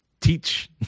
teach